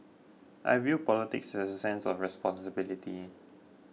I view politics as a sense of responsibility